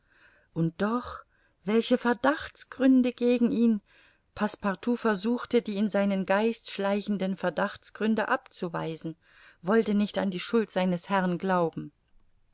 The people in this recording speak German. und doch welche verdachtsgründe gegen ihn passepartout versuchte die in seinen geist schleichenden verdachtsgründe abzuweisen wollte nicht an die schuld seines herrn glauben